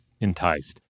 enticed